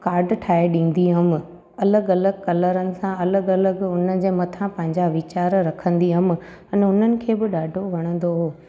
card ठाहे ॾींदी हुअमि अलॻि अलॻि कलरनि सां अलॻि अलॻि हुनजे मथां पंहिंजा वीचार रखंदी हुअमि अने उन्हनि खे बि ॾाढो वणंदो हुओ